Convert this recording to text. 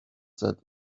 that